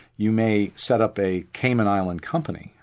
you may set up a cayman island company,